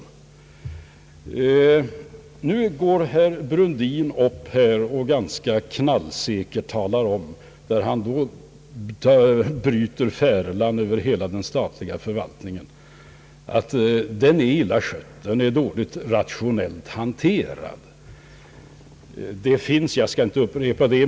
Men här går herr Brundin upp och bryter färlan över hela den statliga förvaltningen och talar ganska knallsäkert om att den är illa skött, föga rationellt hanterad.